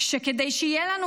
שכדי שיהיה לנו,